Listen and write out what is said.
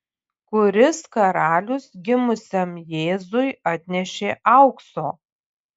kuris karalius gimusiam jėzui atnešė aukso